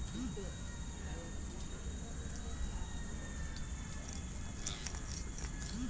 ಜಲವಾಸಿಕಳೆ ತೆರವುಗೊಳಿಸಲು ಯಾಂತ್ರಿಕ ಕೊಯ್ಲುಗಾರರು ಪರಿಣಾಮಕಾರಿಯಾಗವೆ ಹಾಗೆ ಯಂತ್ರ ದುಬಾರಿಯಾಗಯ್ತೆ